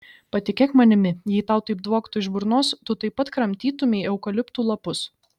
patikėk manimi jei tau taip dvoktų iš burnos tu taip pat kramtytumei eukaliptų lapus